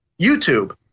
YouTube